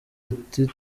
ati